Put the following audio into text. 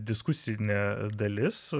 diskusinė dalis